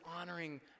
honoring